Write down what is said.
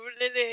Lily